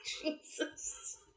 Jesus